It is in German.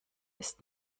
ist